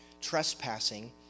trespassing